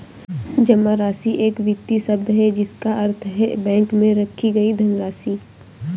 जमा राशि एक वित्तीय शब्द है जिसका अर्थ है बैंक में रखी गई धनराशि